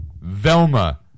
Velma